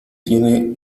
tiene